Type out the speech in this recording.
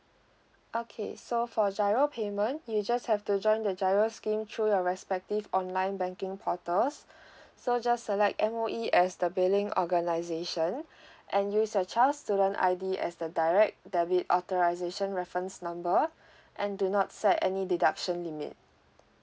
okay so for GIRO payment you just have to join the GIRO scheme through your respective online banking portals so just select M_O_E as the billing organisation and use your child's student I_D as the direct debit authorisation reference number and do not set any deduction limit